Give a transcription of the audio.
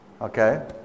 Okay